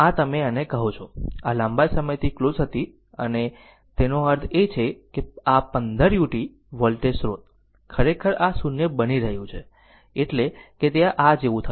આ તમે આને કહો છો આ લાંબા સમયથી ક્લોઝ હતી અને તેનો અર્થ છે કે આ 15 u વોલ્ટેજ સ્રોત ખરેખર આ 0 બની રહ્યું છે એટલે કે તે આ જેવું થશે